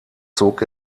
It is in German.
zog